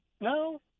no